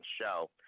Show